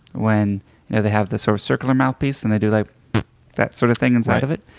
when you know they have the sort of circular mouthpiece and they do like that sort of thing inside of it.